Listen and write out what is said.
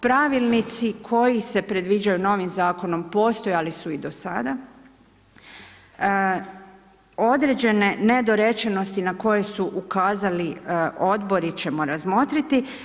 Pravilnici koji se predviđaju novim zakonom postojali su i do sada, određene nedorečenosti na koje su ukazali odbori ćemo razmotriti.